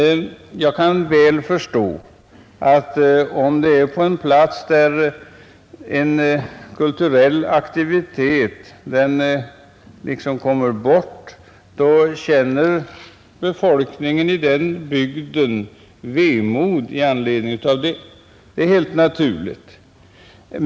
Jag kan väl förstå att befolkningen i en bygd där en kulturell aktivitet kommer bort känner vemod — det är helt naturligt.